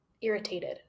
irritated